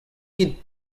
ket